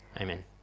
Amen